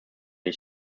vor